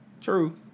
True